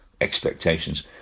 expectations